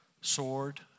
sword